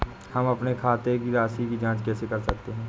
हम अपने खाते की राशि की जाँच कैसे कर सकते हैं?